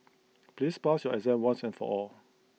please pass your exam once and for all